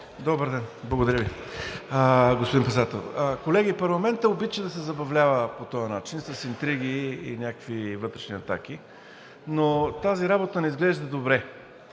Добър ден. Благодаря Ви, господин Председател. Колеги, парламентът обича да се забавлява по този начин – с интриги и някакви вътрешни атаки, но тази работа не изглежда добре.